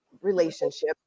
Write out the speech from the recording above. relationship